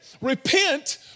Repent